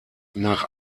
nach